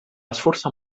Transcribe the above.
esforçar